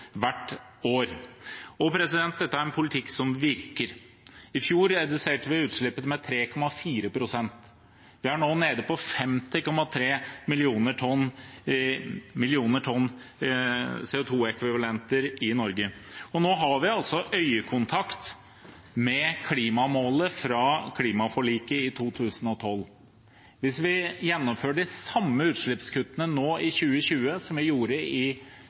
hvert år. Dette er en politikk som virker. I fjor reduserte vi utslippene med 3,4 pst. Vi er nå nede på 50,3 mill. tonn CO 2 -ekvivalenter i Norge. Nå har vi altså øyekontakt med klimamålet fra klimaforliket i 2012. Hvis vi gjennomfører de samme utslippskuttene nå i 2020 som vi gjorde i